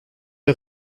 les